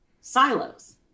silos